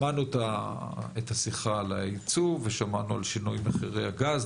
שמענו את השיחה על הייצוא ושמענו על שינוי מחירי הגז.